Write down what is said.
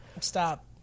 Stop